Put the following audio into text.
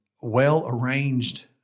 well-arranged